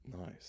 Nice